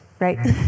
right